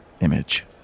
image